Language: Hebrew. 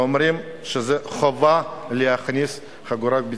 שלפיהם זו חובה לחגור חגורת בטיחות.